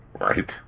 Right